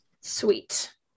Sweet